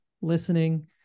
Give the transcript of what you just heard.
listening